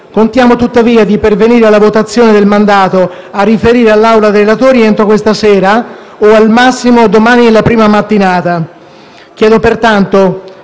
Contiamo tuttavia di pervenire alla votazione del mandato a riferire all'Aula dei relatori entro questa sera o al massimo domani nella prima mattinata.